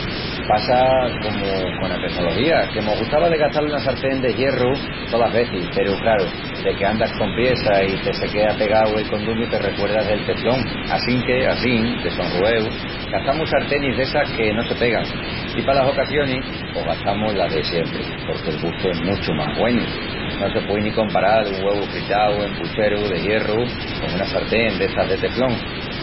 Passa comu cona tenología, que mos gustava de gastal una sartén de hierru tolas vezis peru, craru, deque andas con priessa i te se quea pegau el condumiu te recuerdas del teflón assinque assín de sonrueu gastamus sartenis d'essas que no se pegan. I palas ocasionis pos gastamus las de siempri porque el gustu es muchu más güenu. No se puei ni comparal un güevu fritau en pucheru de hierru con una sartén d'estas de teflón.